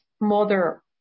mother